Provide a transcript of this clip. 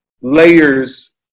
layers